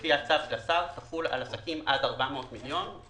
לפי צו השר, תחול על עסקים עד 400 מיליון.